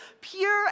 pure